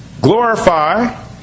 Glorify